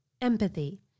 Empathy